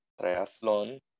triathlon